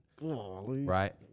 Right